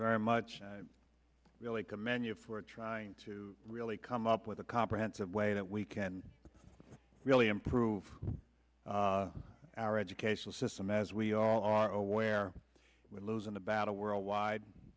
very much and i really commend you for trying to really come up with a comprehensive way that we can really improve our educational system as we all are aware that we're losing the battle worldwide